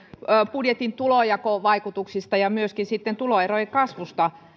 budjetin tulonjakovaikutuksista ja myöskin tuloerojen kasvusta